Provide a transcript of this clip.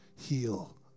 Heal